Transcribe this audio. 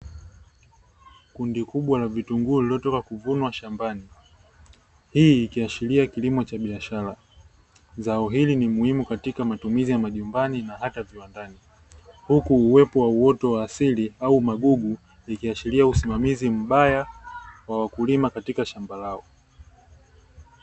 Kundi kubwa la vitunguu lililotoka kuvunwa shambani. Hii ikiashiria kilimo cha biashara. Zao hili ni muhimu katika matumizi ya majumbani na hata viwandani, huku uwepo wa uoto wa asili au magugu, ikiashiria usimamizi mbaya wa wakulima katika shamba lao.